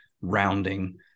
rounding